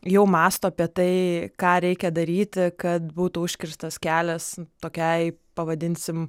jau mąsto apie tai ką reikia daryti kad būtų užkirstas kelias tokiai pavadinsim